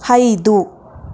ಐದು